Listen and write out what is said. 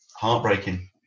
heartbreaking